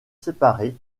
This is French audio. séparées